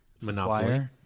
Monopoly